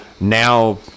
now